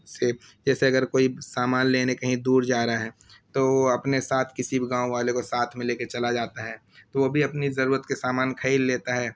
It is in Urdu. سے جیسے اگر کوئی سامان لینے کہیں دور جا رہا ہے تو اپنے ساتھ کسی بھی گاؤں والے کو ساتھ میں لے کے چلا جاتا ہے تو وہ بھی اپنی ضرورت کے سامان خرید لیتا ہے